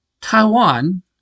Taiwan